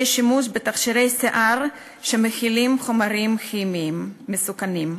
שימוש בתכשירי שיער שמכילים חומרים כימיים מסוכנים.